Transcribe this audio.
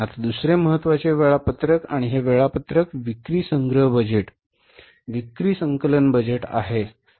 आता दुसरे महत्त्वाचे वेळापत्रक आहे आणि हे वेळापत्रक विक्री संग्रह बजेट विक्री संकलन बजेट आहे